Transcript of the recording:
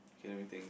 should let me think